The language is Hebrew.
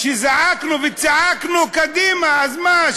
כשזעקנו וצעקנו, קדימה, אז מה?